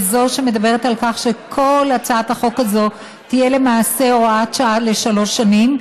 זו שמדברת על כך שכל הצעת החוק הזאת תהיה למעשה הוראת שעה לשלוש שנים.